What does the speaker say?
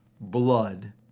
blood